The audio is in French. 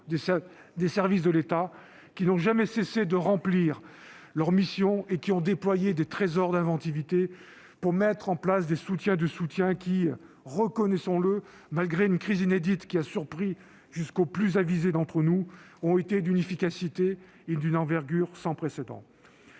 des services de l'État qui n'ont jamais cessé de remplir leurs missions et qui ont déployé des trésors d'inventivité pour mettre en place des dispositifs de soutien, lesquels, reconnaissons-le, malgré une crise inédite qui a surpris jusqu'aux plus avisés d'entre nous, ont été d'une efficacité et d'une envergure sans précédent.